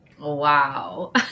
Wow